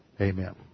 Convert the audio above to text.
Amen